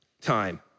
time